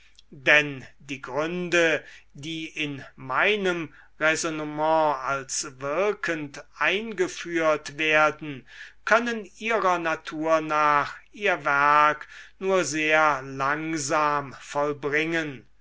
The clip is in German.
denn die gründe die in meinem räsonnement als wirkend eingeführt werden können ihrer natur nach ihr werk nur sehr langsam vollbringen